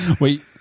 Wait